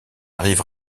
arrive